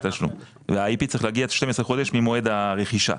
וה-IP צריך להגיע 12 חודשים ממועד הרכישה.